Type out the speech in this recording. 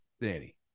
Danny